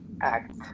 act